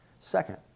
Second